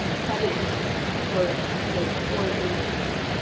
headings or a template to organize,